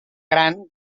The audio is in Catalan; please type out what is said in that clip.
gran